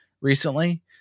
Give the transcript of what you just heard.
recently